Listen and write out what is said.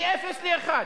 מאפס לאחד.